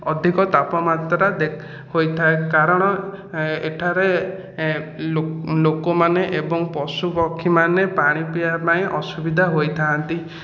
ଅଧିକ ତାପମାତ୍ରା ହୋଇଥାଏ କାରଣ ଏଠାରେ ଏ ଲୋକ ଲୋକମାନେ ଏବଂ ପଶୁପକ୍ଷୀମାନେ ପାଣି ପିଇବାପାଇଁ ଅସୁବିଧା ହୋଇଥାନ୍ତି